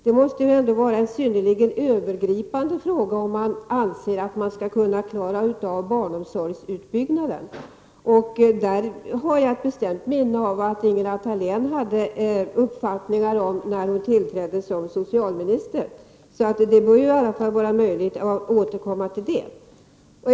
Det måste ändå vara en synnerligen övergripande fråga om man anser att man skall kunna klara av barnomsorgsutbyggnaden eller inte. Jag har ett bestämt minne av att Ingela Thalén hade uppfattningar om det när hon tillträdde som socialminister. Det bör då i alla fall vara möjligt att återkomma till saken.